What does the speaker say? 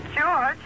George